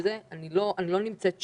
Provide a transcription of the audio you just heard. אני לא נמצאת שם.